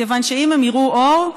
מכיוון שאם הם יראו אור,